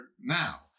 now